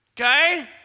Okay